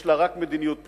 יש לה רק מדיניות פנים.